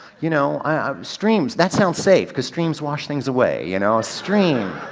you know ah um streams, that sounds safe, cause streams wash things away, you know? a stream,